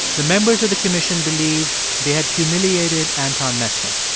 the members of the commission believed they had humiliated anton mesmer.